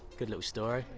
good little story.